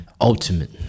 Ultimate